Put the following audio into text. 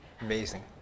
Amazing